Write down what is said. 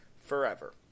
forever